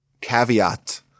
Caveat